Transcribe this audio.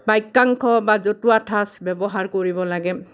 বাক্যাংশ বা জতুৱা ঠাঁচ ব্যৱহাৰ কৰিব লাগে